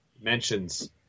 mentions